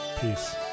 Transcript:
Peace